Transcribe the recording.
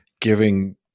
giving